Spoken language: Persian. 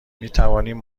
میتوانیم